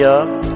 up